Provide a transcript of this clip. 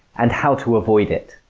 and how to avoid it.